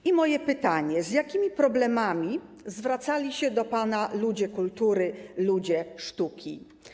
I moje pytanie: Z jakimi problemami zwracali się do pana ludzie kultury, ludzie sztuki?